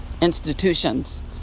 institutions